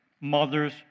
Mothers